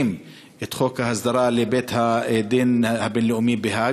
את חוק ההסדרה לבית-הדין הבין-לאומי בהאג,